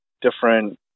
different